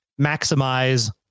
maximize